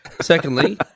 Secondly